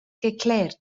geklärt